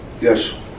Yes